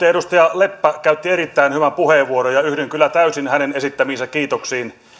edustaja leppä käytti erittäin hyvän puheenvuoron ja yhdyn kyllä täysin hänen esittämiinsä kiitoksiin